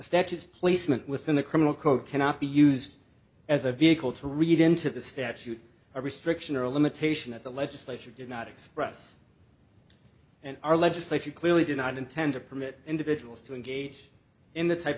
statutes placement within the criminal code cannot be used as a vehicle to read into the statute a restriction or a limitation that the legislature did not express and our legislature clearly did not intend to permit individuals to engage in the type